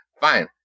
Fine